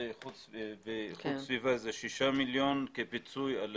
להגנת הסביבה שישה מיליון שקלים כפיצוי.